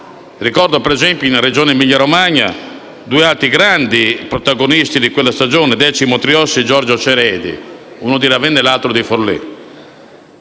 Ricordo, in Regione Emilia-Romagna, due altri grandi protagonisti di quella grande stagione, Decimo Triossi e Giorgio Ceredi, uno di Ravenna e l'altro di Forlì,